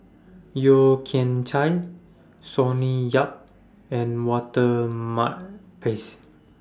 Yeo Kian Chai Sonny Yap and Walter Makepeace